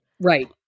Right